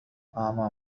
أعمى